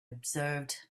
observed